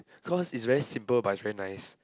cause it's very simple but it's very nice